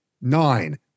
nine